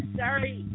sorry